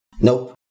Nope